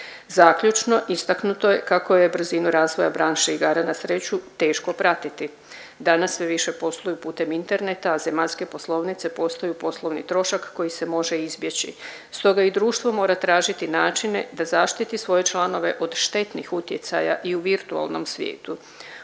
Zaključno, istaknuto je kako je brzinu razvoja branše igara na sreću teško pratiti. Danas sve više posluju putem interneta, a zemaljske poslovnice postaju poslovni trošak koji se može izbjeći. Stoga i društvo mora tražiti načine da zaštiti svoje članove od štetnih utjecaja i u virtualnom svijetu.